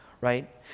right